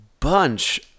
bunch